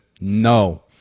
no